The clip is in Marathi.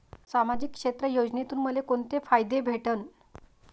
सामाजिक क्षेत्र योजनेतून मले कोंते फायदे भेटन?